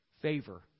Favor